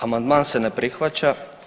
Amandman se ne prihvaća.